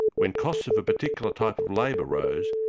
when costs of a particular type of labour rose,